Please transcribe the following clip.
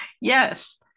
Yes